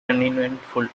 uneventful